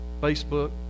Facebook